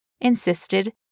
insisted